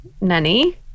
nanny